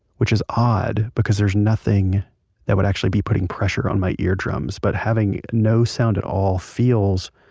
which is odd because there's nothing that would actually be putting pressure on my ear drums. but having no sound at all feels,